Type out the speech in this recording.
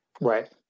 Right